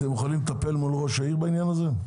מוכנים לטפל מול ראש העיר בעניין הזה?